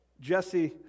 Jesse